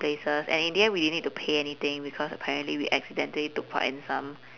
places and in the end we need didn't to pay anything because apparently we accidentally took part in some